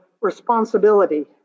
responsibility